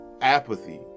apathy